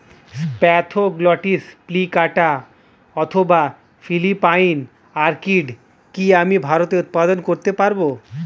Spathoglottis plicata অথবা Philippine orchid কি আমি ভারতে উৎপাদন করতে পারবো?